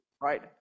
right